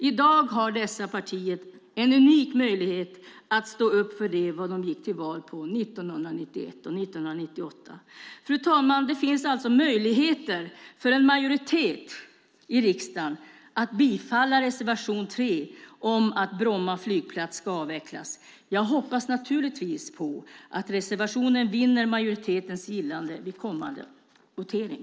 I dag har dessa partier en unik möjlighet att stå upp för det de gick till val på 1991 och 1998. Fru talman! Det finns alltså möjligheter för en majoritet i riksdagen att bifalla reservation 3 om att Bromma flygplats ska avvecklas. Jag hoppas naturligtvis att reservationen vinner majoritetens gillande vid kommande votering.